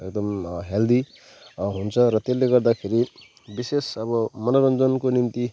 एकदम हेल्दी हुन्छ र त्यसले गर्दाखेरि विशेष अब मनोरञ्जनको निम्ति